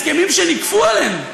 הסכמים שנכפו עלינו,